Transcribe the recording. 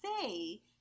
say